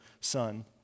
son